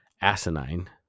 asinine